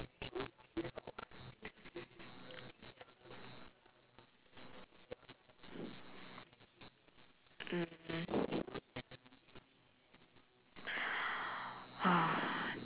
mm